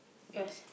yours